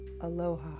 aloha